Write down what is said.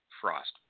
Frost